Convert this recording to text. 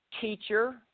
Teacher